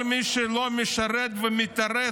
כל מי שלא משרת ומתרץ